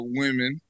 women